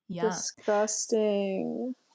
Disgusting